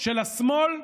של השמאל,